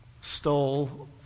stole